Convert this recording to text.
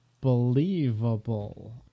believable